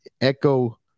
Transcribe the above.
Echo